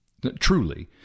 truly